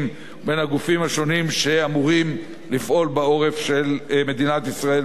בין הגופים השונים שאמורים לפעול בעורף של מדינת ישראל בחירום.